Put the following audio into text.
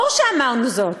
ברור שאמרנו זאת,